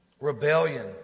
Rebellion